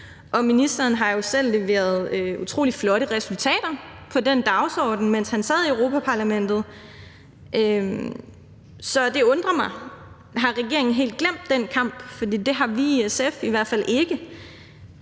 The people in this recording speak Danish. og ministeren har jo selv leveret utrolig flotte resultater på den dagsorden, mens han sad i Europa-Parlamentet. Så det undrer mig. Har regeringen helt glemt den kamp? For det har vi i SF i hvert fald ikke.